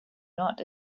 not